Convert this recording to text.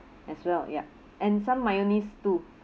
as well yup and some mayonnaise too